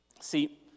See